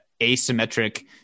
asymmetric